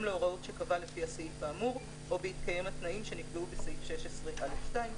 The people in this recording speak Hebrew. להוראות שקבע לפי הסעיף האמור או בהתקיים התנאים שנקבעו בסעיף 16(א2).